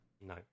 no